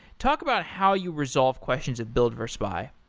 talk about how you resolve questions at build versus buy?